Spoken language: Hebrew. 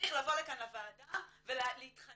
צריך לבוא לכאן בוועדה ולהתחנן